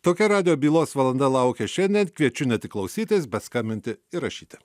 tokia radijo bylos valanda laukia šiandien kviečiu ne tik klausytis bet skambinti ir rašyti